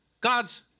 God's